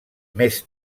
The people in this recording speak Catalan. més